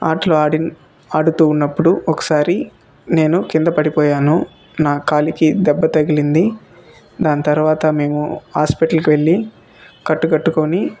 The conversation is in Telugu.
ఆటలు ఆడి ఆడుతు ఉన్నప్పుడు ఒకసారి నేను కింద పడిపోయాను నా కాలికి దెబ్బ తగిలింది దాని తర్వాత మేము హాస్పటల్కి వెళ్ళి కట్టుకట్టుకుని